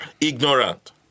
Ignorant